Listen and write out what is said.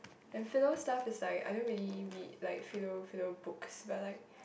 and philo stuff is like I don't really read like philo philo books but like